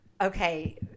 okay